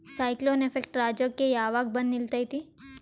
Cyclone effect ರಾಜ್ಯಕ್ಕೆ ಯಾವಾಗ ಬಂದ ನಿಲ್ಲತೈತಿ?